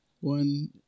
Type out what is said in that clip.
one